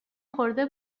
خورده